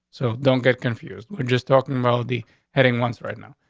so don't get confused. we're just talking reality heading once right now.